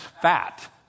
fat